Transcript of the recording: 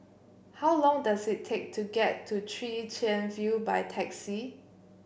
how long does it take to get to Chwee Chian View by taxi